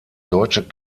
deutsche